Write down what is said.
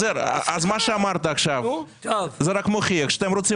מה שאמרת עכשיו זה רק מוכיח שאתם רוצים